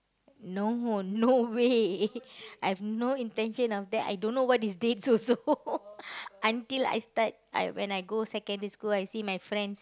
no more no way I've no intention of that I don't know what is dates also until I start I when I go secondary school I see my friends